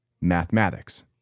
Mathematics